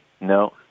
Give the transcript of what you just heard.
no